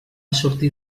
sortir